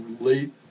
late